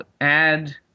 add